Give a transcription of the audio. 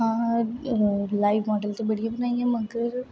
हां live model ते बड़ी बनाइयां मगर